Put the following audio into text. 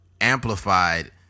amplified